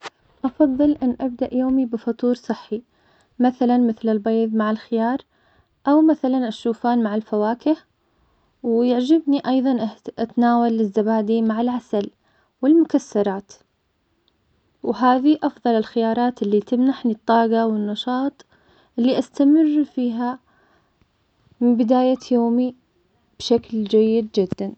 أفضل أن أبدأ يومي بفطور صحي, مثلاً, مثل البيض مع الخيار, أو مثلاً الشوفان مع الفواكه, ويعجبني أيضاً أتناول الزبادي مع العسل والمكسرات, وهذي أكتر الخيارات اللي تمنحني الطاقة والنشاط لأستمر فيها من بداية يومي بشكل جيد جداً.